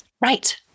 Right